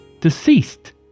deceased